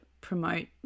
promote